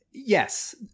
Yes